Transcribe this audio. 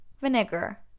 vinegar